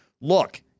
Look